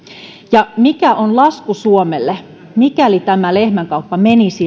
ja mikä on lasku suomelle mikäli tämä lehmänkauppa menisi